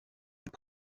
est